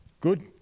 Good